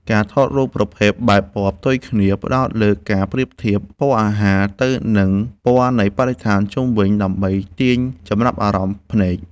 ការថតរូបប្រភេទបែបពណ៌ផ្ទុយគ្នា ផ្ដោតលើការប្រៀបធៀបពណ៌អាហារ ទៅនឹងពណ៌នៃបរិស្ថានជុំវិញ ដើម្បីទាញចំណាប់អារម្មណ៍ភ្នែក។